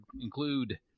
include